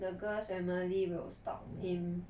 the girl's family will stop him